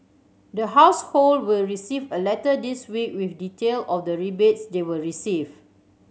the household will receive a letter this week with detail of the rebates they will receive